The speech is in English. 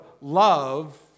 love